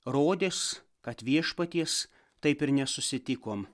rodėsi kad viešpaties taip ir nesusitikom